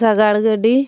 ᱥᱟᱜᱟᱲ ᱜᱟᱹᱰᱤ